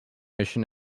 mission